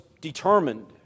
determined